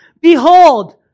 behold